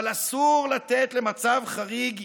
אבל אסור לתת למצב חריג,